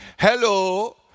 Hello